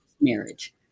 marriage